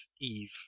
EVE